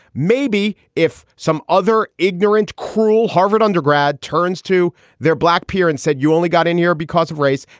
maybe if some other ignorant, cruel harvard undergrad turns to their black peer and said, you only got in here because of race.